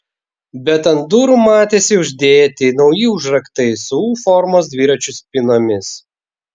bet ant durų matėsi uždėti nauji užraktai su u formos dviračių spynomis